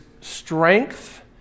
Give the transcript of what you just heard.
strength